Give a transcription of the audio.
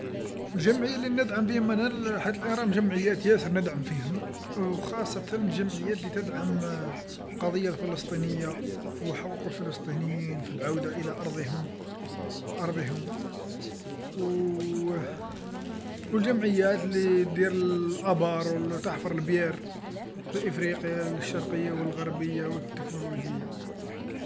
الجمعيات اللي ندعم فيهم الآن لحد الآن جمعيات ياسر ندعم فيهم، وخاصة الجمعيات اللي تدعم القضيه الفلسطينيه، وحقوق الفلسطينيين في العودة إلى أرضهم، أرضهم، و والجمعيات اللي تدير ال- الآبار وتحفر الابيار في إفريقيا الشرقيه والغربيه والتكنولوجيه.